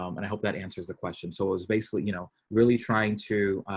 um and i hope that answers the question. so it was basically, you know, really trying to